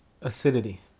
Acidity